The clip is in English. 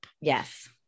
Yes